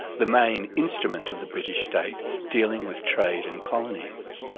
the main instrument of the british state dealing with trade and colonies.